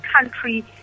country